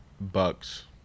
Bucks